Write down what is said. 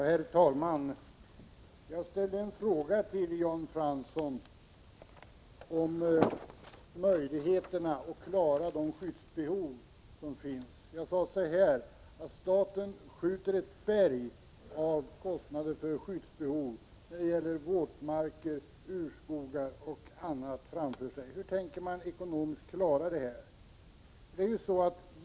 Herr talman! Jag ställde en fråga till Jan Fransson om möjligheterna att klara de skyddsbehov som finns. Staten skjuter ett berg av kostnader för skyddsbehov när det gäller våtmarker, urskogar och annat framför sig. Hur tänker man ekonomiskt klara det?